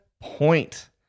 point